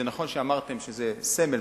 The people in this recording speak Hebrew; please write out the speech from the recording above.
זה נכון מה שאמרתם שזה סמל,